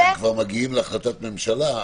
--- אם אתם כבר מגיעים להחלטת ממשלה,